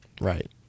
right